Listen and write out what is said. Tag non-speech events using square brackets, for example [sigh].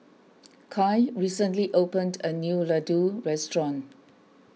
[noise] Kai recently opened a new Ladoo restaurant